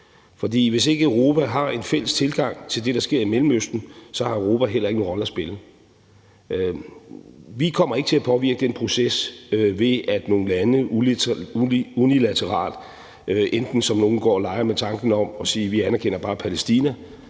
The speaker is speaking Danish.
For hvis ikke Europa har en fælles tilgang til det, der sker i Mellemøsten, har Europa heller ikke en rolle at spille. Vi kommer ikke til at påvirke den proces, ved at nogle lande unilateralt, som nogle går og leger med tanken om, siger, at de bare anerkender Palæstina,